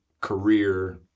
career